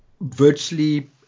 virtually